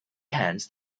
cans